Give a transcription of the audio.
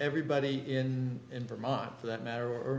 everybody in in from for that matter or